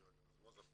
יואל רזבוזוב כמובן.